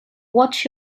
watch